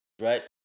Right